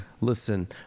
Listen